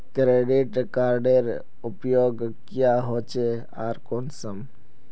Credit कार्डेर उपयोग क्याँ होचे आर कुंसम?